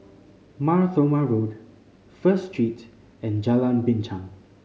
Mar Thoma Road First Street and Jalan Binchang